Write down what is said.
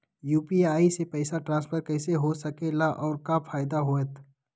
UPI से पैसा transfer कैसे हो सके ला और का फायदा होएत?